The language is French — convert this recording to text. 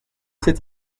cette